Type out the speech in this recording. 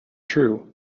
true